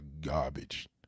garbage